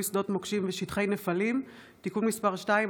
שדות מוקשים ושטחי נפלים (תיקון מס' 2),